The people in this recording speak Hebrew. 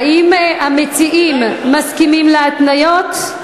האם המציעים מסכימים להתניות?